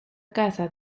casa